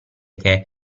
che